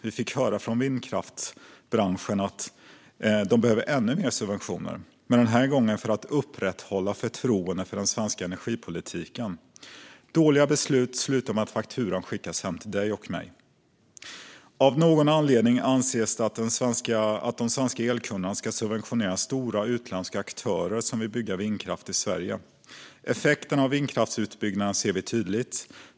Vi fick höra från vindkraftsbranschen att de behöver ännu mer subventioner, den här gången för att upprätthålla förtroendet för den svenska energipolitiken. Dåliga beslut slutar med att fakturan skickas hem till dig och mig. Av någon anledning anses det att svenska elkunder ska subventionera stora utländska aktörer som vill bygga vindkraft i Sverige. Effekterna av vindkraftsutbyggnaden ser vi tydligt.